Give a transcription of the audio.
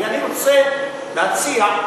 ואני רוצה להציע,